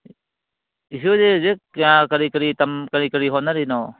ꯏꯁꯨꯁꯤ ꯍꯧꯖꯤꯛ ꯀꯌꯥ ꯀꯔꯤ ꯀꯔꯤ ꯇꯝ ꯀꯔꯤ ꯀꯔꯤ ꯍꯣꯠꯅꯔꯤꯅꯣ